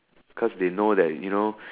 cause they know that you know